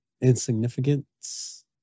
insignificance